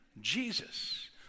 Jesus